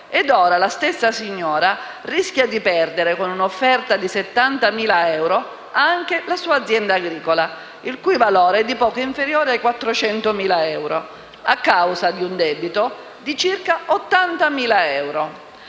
Ora la signora rischia di perdere con un'offerta di 70.000 euro anche la sua azienda agricola, il cui valore è di poco inferiore a 400.000 euro, a causa di un debito di circa 80.000 euro.